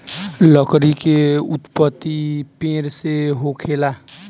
लकड़ी के उत्पति पेड़ से होखेला